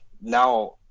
now